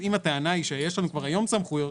אם הטענה היא שיש לנו כבר היום סמכויות,